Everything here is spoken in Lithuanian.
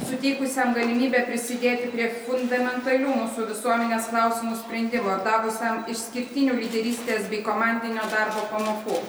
suteikusiam galimybę prisidėti prie fundamentalių mūsų visuomenės klausimų sprendimo ir davusiam išskirtinių lyderystės bei komandinio darbo pamokų